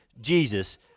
Jesus